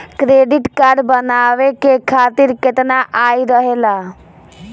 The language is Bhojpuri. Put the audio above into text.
क्रेडिट कार्ड बनवाए के खातिर केतना आय रहेला?